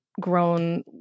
grown